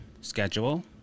Schedule